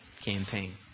campaign